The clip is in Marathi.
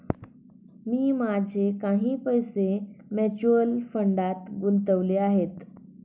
मी माझे काही पैसे म्युच्युअल फंडात गुंतवले आहेत